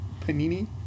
panini